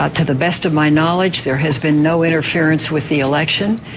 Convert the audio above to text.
ah to the best of my knowledge there has been no interference with the election.